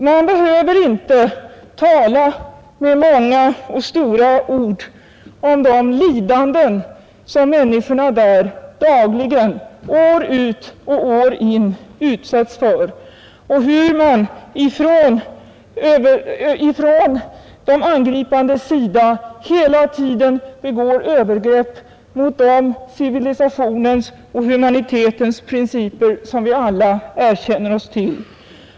Man behöver inte tala med många och stora ord om de lidanden som människorna där dagligen år ut och år in utsätts för och hur de angripande hela tiden begår övergrepp mot de civilisationens och humanitetens principer som vi alla bekänner oss till.